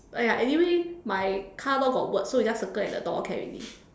uh ya anyway my car door got words so you just circle at the door can already